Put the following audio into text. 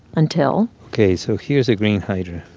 until. ok. so here's a green hydra.